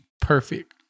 perfect